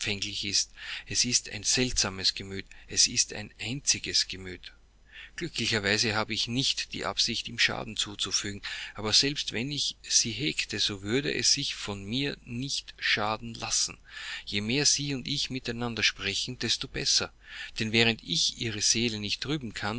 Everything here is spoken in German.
ist es ist ein seltsames gemüt es ist ein einziges gemüt glücklicherweise habe ich nicht die absicht ihm schaden zuzufügen aber selbst wenn ich sie hegte so würde es sich von mir nicht schaden lassen je mehr sie und ich miteinander sprechen desto besser denn während ich ihre seele nicht trüben kann